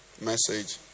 message